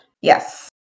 Yes